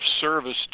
service